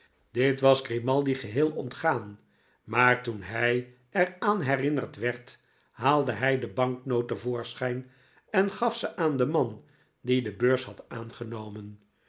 dit was grimaldi geheel ontgaan maar toen by er aan herinnerd werd haalde hij de banknoot te voorschijn en gaf ze aan den man die de beurs had aangenomen